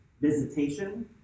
Visitation